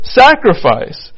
sacrifice